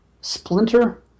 Splinter